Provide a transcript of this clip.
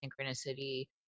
synchronicity